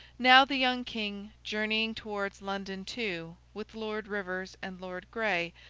now, the young king, journeying towards london too with lord rivers and lord gray,